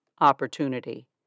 opportunity